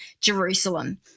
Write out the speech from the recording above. Jerusalem